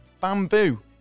bamboo